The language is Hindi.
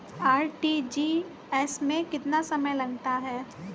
आर.टी.जी.एस में कितना समय लगता है?